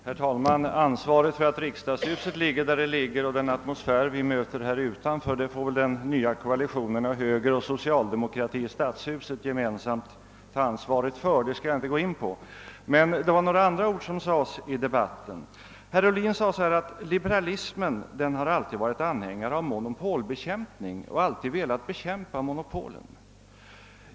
Herr talman! Ansvaret för att riksdagshuset får ligga där det ligger och för den atmosfär vi möter här utanför får väl den nya koalitionen moderata samlingspartiet-socialdemokratin i stadshuset ta ansvaret för. Den saken skall jag här inte ingå på. I stället skall jag bemöta något av det som sagts i denna debatt. Herr Ohlin sade att liberalismen alltid har velat bekämpa monopolen.